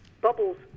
bubbles